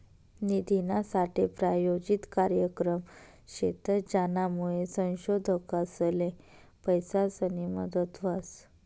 निधीनासाठे प्रायोजित कार्यक्रम शेतस, ज्यानामुये संशोधकसले पैसासनी मदत व्हस